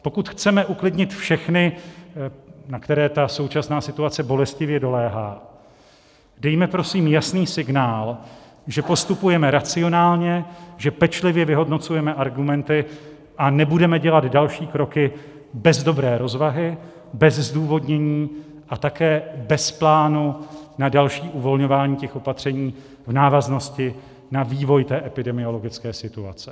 Pokud chceme uklidnit všechny, na které ta současná situace bolestivě doléhá, dejme prosím jasný signál, že postupujeme racionálně, že pečlivě vyhodnocujeme argumenty a nebudeme dělat další kroky bez dobré rozvahy, bez zdůvodnění a také bez plánu na další uvolňování těch opatření v návaznosti na vývoj epidemiologické situace.